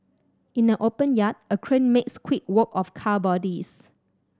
in an open yard a crane makes quick work of car bodies